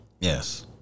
Yes